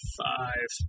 five